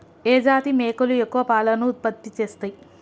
ఏ జాతి మేకలు ఎక్కువ పాలను ఉత్పత్తి చేస్తయ్?